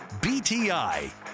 BTI